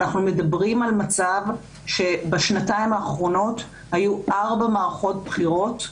אנחנו מדברים על מצב שבשנתיים האחרונות היו ארבע מערכות בחירות,